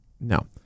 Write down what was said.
No